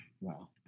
Wow